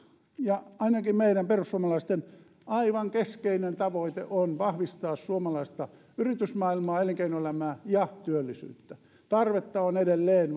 ja ainakin meidän perussuomalaisten aivan keskeinen tavoite on vahvistaa suomalaista yritysmaailmaa elinkeinoelämää ja työllisyyttä tarvetta on edelleen